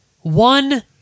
one